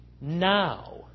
now